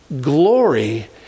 Glory